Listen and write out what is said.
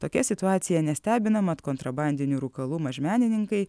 tokia situacija nestebina mat kontrabandinių rūkalų mažmenininkai